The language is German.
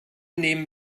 nehmen